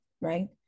right